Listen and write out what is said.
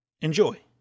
Enjoy